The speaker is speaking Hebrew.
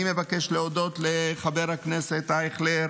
אני מבקש להודות לחבר הכנסת אייכלר,